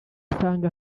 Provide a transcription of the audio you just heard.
usanga